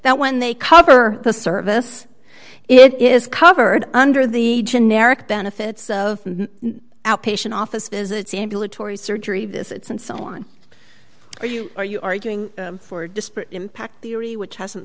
that when they cover the service it is covered under the generic benefits of outpatient office visits ambulatory surgery visits and so on are you are you arguing for disparate impact theory which hasn't